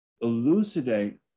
elucidate